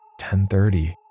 10.30